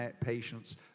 patients